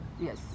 Yes